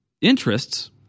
interests